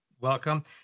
Welcome